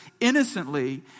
innocently